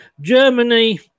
Germany